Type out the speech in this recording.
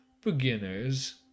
Beginners